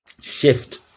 shift